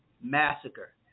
Massacre